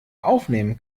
aufnehmen